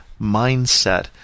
mindset